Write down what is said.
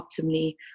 optimally